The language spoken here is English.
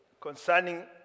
concerning